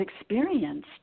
experienced